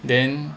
then